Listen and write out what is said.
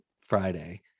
Friday